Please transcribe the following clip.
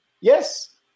Yes